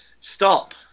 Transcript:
stop